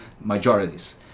majorities